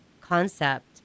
concept